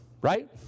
Right